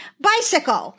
bicycle